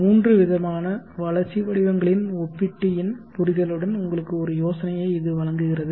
மூன்று விதமான வளர்ச்சி வடிவங்களின் ஒப்பீட்டு எண் புரிதலுடன் உங்களுக்கு ஒரு யோசனையை இது வழங்குகிறது